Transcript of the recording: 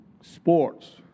sports